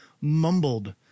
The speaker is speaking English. mumbled